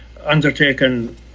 undertaken